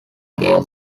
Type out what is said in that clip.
game